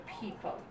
people